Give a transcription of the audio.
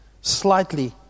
slightly